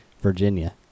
Virginia